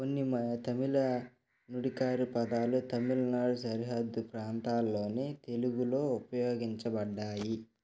కొన్ని మ తమిళ నుడికారు పదాలు తమిళనాడు సరిహద్దు ప్రాంతాల్లోని తెలుగులో ఉపయోగించబడ్డాయి